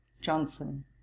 Johnson